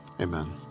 amen